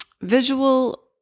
visual